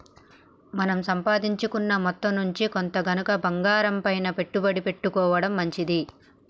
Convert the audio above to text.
మన సంపాదించుకున్న మొత్తం నుంచి కొంత గనక బంగారంపైన పెట్టుబడి పెట్టుకోడం మంచిది